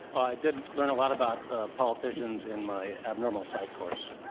i did learn a lot about ah politicians in my abnormal psych course.